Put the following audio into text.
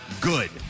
good